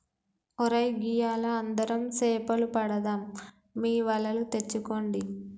ఒరై గియ్యాల అందరం సేపలు పడదాం మీ వలలు తెచ్చుకోండి